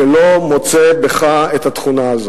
ולא מוצא בך את התכונה הזו.